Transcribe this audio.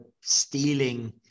stealing